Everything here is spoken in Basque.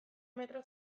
metro